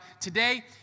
Today